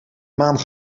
maan